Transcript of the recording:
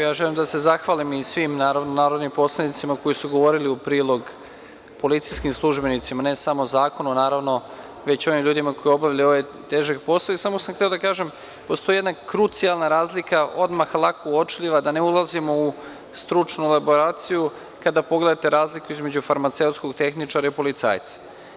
Ja želim da se zahvalim i svim narodnim poslanicima koji su govorili u prilog policijskim službenicima, ne samo o zakonu naravno, već o onim ljudima koji obavljaju ovaj težak posao i samo sam hteo da kažem, postoji jedna krucijalna razlika, odmah lako uočljiva, da ne ulazimo u stručnu elaboraciju, kada pogledate razliku između farmaceutskog tehničara i policajca.